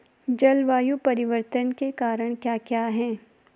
जलवायु परिवर्तन के कारण क्या क्या हैं?